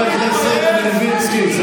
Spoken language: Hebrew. איזה כללים, איזה